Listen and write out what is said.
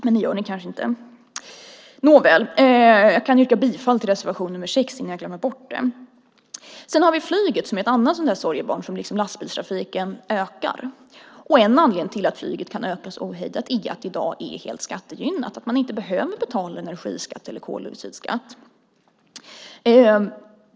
Men det gör ni kanske inte. Nåväl! Jag yrkar bifall till reservation nr 6 innan jag glömmer bort det. Sedan har vi flyget, som är ett annat sådant där sorgebarn som liksom lastbilstrafiken ökar. En anledning till att flyget kan öka så ohejdat är att det i dag är helt skattegynnat - att man inte behöver betala energiskatt eller koldioxidskatt.